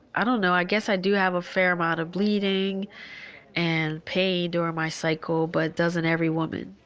i don't know i guess i do have a fair amount of bleeding and pain during my cycle but doesn't every woman?